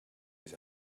his